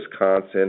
Wisconsin